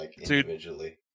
individually